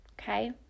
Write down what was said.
okay